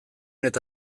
eta